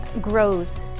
grows